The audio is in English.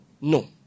No